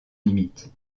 limites